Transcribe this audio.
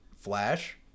Flash